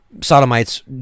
sodomites